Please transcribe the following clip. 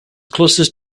closest